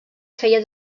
feia